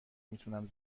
میتونم